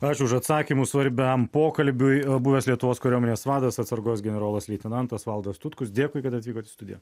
ačiū už atsakymus svarbiam pokalbiui buvęs lietuvos kariuomenės vadas atsargos generolas leitenantas valdas tutkus dėkui kad atvykot į studiją